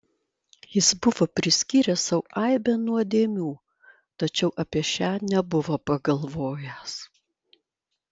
jis buvo priskyręs sau aibę nuodėmių tačiau apie šią nebuvo pagalvojęs